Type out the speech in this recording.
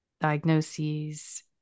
diagnoses